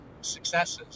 successes